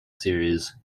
series